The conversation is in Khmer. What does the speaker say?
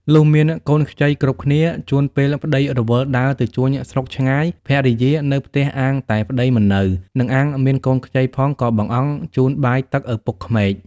លុះមានកូនខ្ចីគ្រប់គ្នា ជួនពេលប្ដីរវល់ដើរទៅជួញស្រុកឆ្ងាយភរិយានៅផ្ទះអាងតែប្តីមិននៅ និងអាងមានកូនខ្ចីផងក៏បង្អង់ជូនបាយទឹកឪពុកក្មេក។